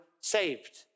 saved